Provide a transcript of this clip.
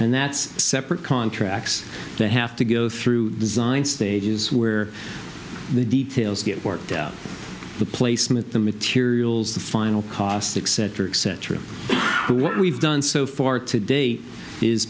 and that's separate contracts they have to go through design stages where the details get worked out the placement the materials the final caustic cetera et cetera what we've done so far to date is